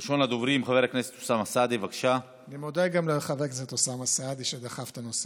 ראשון הדוברים, חבר הכנסת אוסאמה סעדי, בבקשה.